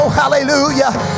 hallelujah